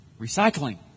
recycling